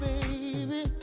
baby